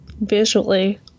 visually